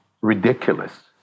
ridiculous